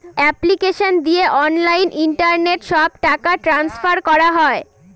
application দিয়ে online internet সব টাকা ট্রান্সফার করা হয়